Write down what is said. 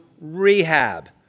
rehab